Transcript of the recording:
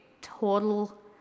total